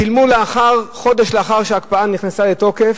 שילמו חודש לאחר שההקפאה נכנסה לתוקף,